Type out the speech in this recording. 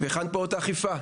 היכן פעולות האכיפה?